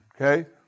okay